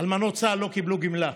אלמנות צה"ל לא קיבלו גמלה.